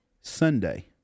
Sunday